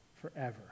forever